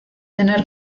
tener